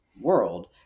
world